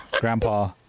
grandpa